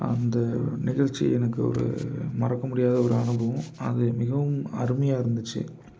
அந்த நிகழ்ச்சி எனக்கு ஒரு மறக்க முடியாத ஒரு அனுபவம் அது மிகவும் அருமையாக இருந்துச்சு